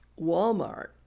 Walmart